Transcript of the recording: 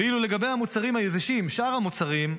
ואילו לגבי המוצרים היבשים, שאר המוצרים,